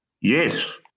Yes